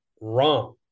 wrong